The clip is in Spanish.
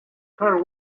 carl